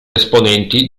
esponenti